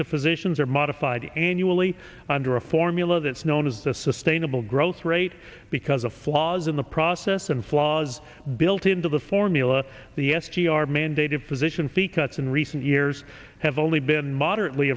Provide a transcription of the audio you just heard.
to physicians are modified annually under a formula that's known as a sustainable growth rate because of flaws in the process and flaws built into the formula the s g r mandated physician fee cuts in recent years have only been moderately